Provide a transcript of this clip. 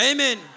Amen